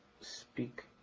speak